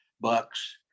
bucks